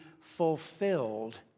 fulfilled